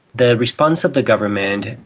the response of the government,